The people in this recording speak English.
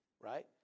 right